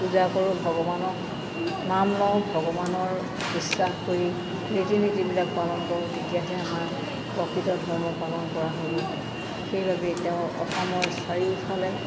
পূজা কৰোঁ ভগৱানক নাম লওঁ ভগৱানৰ বিশ্বাস কৰি ৰীতি নীতিবিলাক পালন কৰোঁ তেতিয়াহে আমাৰ প্ৰকৃত ধৰ্ম পালন কৰা হ'ব সেইবাবে তেওঁ অসমৰ চাৰিওফালে